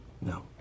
No